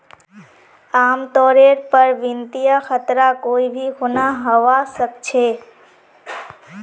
आमतौरेर पर वित्तीय खतरा कोई भी खुना हवा सकछे